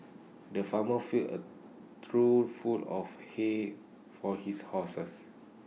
the farmer filled A trough full of hay for his horses